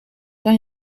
kan